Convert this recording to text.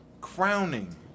crowning